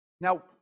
now